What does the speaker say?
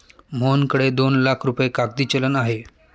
मोहनकडे दोन लाख रुपये कागदी चलन आहे